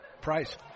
Price